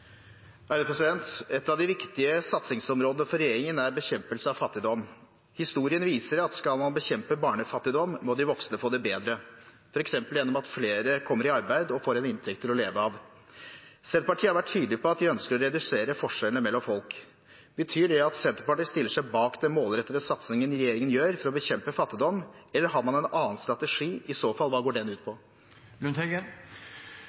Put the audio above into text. Et av de viktige satsingsområdene for regjeringen er bekjempelse av fattigdom. Historien viser at skal man bekjempe barnefattigdom, må de voksne få det bedre, f.eks. gjennom at flere kommer i arbeid og får en inntekt til å leve av. Senterpartiet har vært tydelig på at de ønsker å redusere forskjellene mellom folk. Betyr det at Senterpartiet stiller seg bak den målrettede satsingen regjeringen gjør for å bekjempe fattigdom, eller har man en annen strategi? I så fall: Hva går den ut